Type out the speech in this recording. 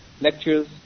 lectures